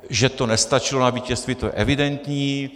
Že to nestačilo na vítězství, to je evidentní.